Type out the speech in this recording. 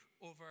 over